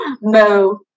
No